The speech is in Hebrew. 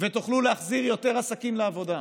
ותוכלו להחזיר יותר עסקים לעבודה.